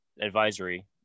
advisory